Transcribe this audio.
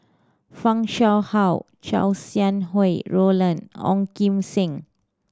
Fan Shao Hua Chow Sau Hai Roland Ong Kim Seng